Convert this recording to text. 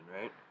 right